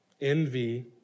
envy